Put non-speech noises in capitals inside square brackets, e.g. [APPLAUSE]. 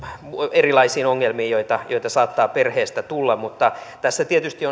erilaisiin ongelmiin joita joita saattaa perheestä tulla mutta tietysti [UNINTELLIGIBLE]